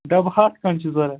ڈَبہٕ ہَتھ کَھنٛڈ چھُ ضروٗرت